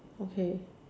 okay